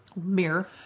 Mirror